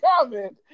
comment